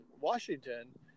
Washington